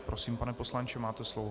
Prosím, pane poslanče, máte slovo.